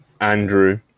Andrew